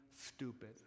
stupid